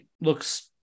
looks